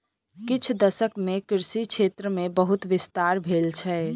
किछ दशक मे कृषि क्षेत्र मे बहुत विस्तार भेल छै